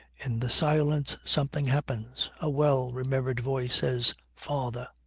in the silence something happens. a well-remembered voice says, father.